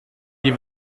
die